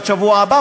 עד השבוע הבא?